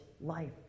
life